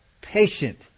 patient